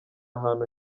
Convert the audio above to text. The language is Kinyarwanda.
ahantu